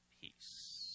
Peace